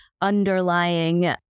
underlying